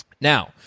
Now